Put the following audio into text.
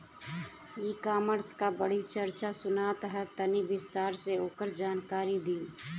ई कॉमर्स क बड़ी चर्चा सुनात ह तनि विस्तार से ओकर जानकारी दी?